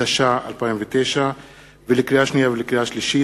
התש"ע 2009. לקריאה שנייה ולקריאה שלישית: